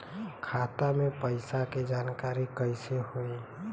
खाता मे पैसा के जानकारी कइसे होई?